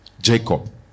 Jacob